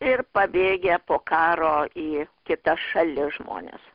ir pabėgę po karo į kitas šalis žmonės